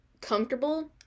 comfortable